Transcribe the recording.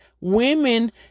Women